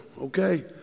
okay